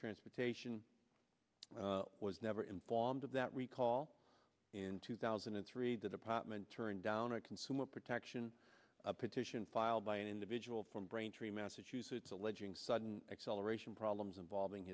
transportation was never informed of that recall in two thousand and three the department turned down a consumer protection petition filed by an individual from braintree massachusetts alleging sudden acceleration problems involving